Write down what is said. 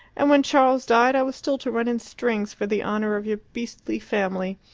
and when charles died i was still to run in strings for the honour of your beastly family,